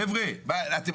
חבר'ה, אתם,